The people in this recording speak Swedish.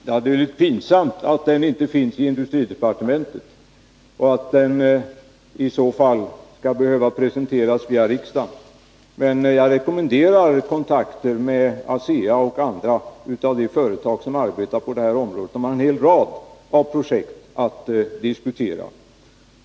Fru talman! Det är pinsamt att den listan inte finns i industridepartementet och att den i så fall skall behöva presenteras via riksdagen. Men jag rekommenderar kontakter med ASEA och andra av de företag som arbetar på detta område. De har en hel rad projekt att diskutera.